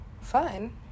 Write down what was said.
Fine